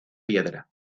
piedra